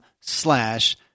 slash